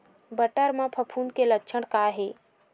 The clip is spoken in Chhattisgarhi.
बटर म फफूंद के लक्षण का हे?